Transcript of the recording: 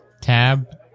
tab